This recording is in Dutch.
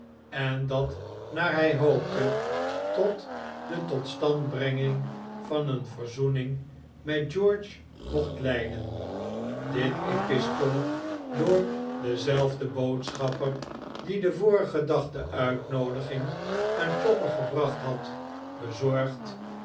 en dat naar hij hoopte tot de'tot stand brenging van een verzoening met george mocht leiden dit epistel door denzelfden boodschapper die den vorigen dag de uitnoodiging aan chopper gebracht had